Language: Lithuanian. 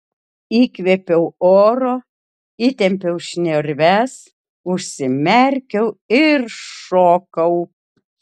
įkvėpiau oro įtempiau šnerves užsimerkiau ir šokau